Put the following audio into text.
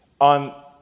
on